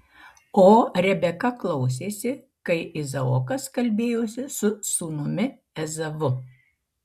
o rebeka klausėsi kai izaokas kalbėjosi su sūnumi ezavu